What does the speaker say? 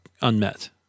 unmet